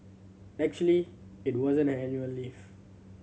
actually it wasn't her annual leave